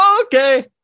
Okay